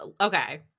Okay